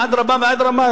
אדרבה ואדרבה,